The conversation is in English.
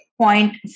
point